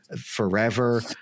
forever